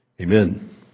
Amen